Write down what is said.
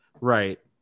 Right